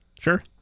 Sure